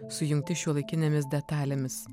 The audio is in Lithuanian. sujungti šiuolaikinėmis detalėmis